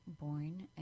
born